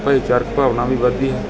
ਭਾਈਚਾਰਕ ਭਾਵਨਾ ਵੀ ਵਧਦੀ ਹੈ